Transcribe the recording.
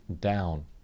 down